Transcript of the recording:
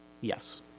yes